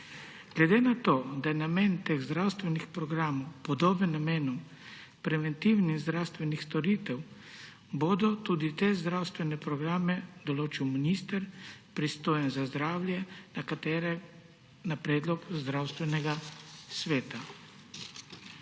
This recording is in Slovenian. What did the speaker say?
Glede na to, da je namen teh zdravstvenih programov podoben namenu preventivnih zdravstvenih storitev, bo tudi te zdravstvene programe določil minister, pristojen za zdravje, na predlog Zdravstvenega sveta.